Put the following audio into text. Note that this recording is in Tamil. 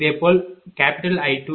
இதேபோல் I2i3i40